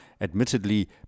admittedly